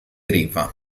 riva